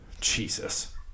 Jesus